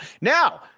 now